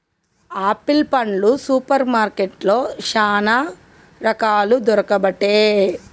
apple పండ్లు సూపర్ మార్కెట్లో చానా రకాలు దొరుకబట్టె